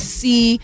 see